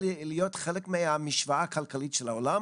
להיות חלק מהמשוואה הכלכלית של העולם?